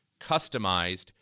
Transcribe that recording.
customized